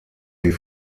wie